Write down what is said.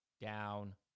down